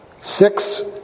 Six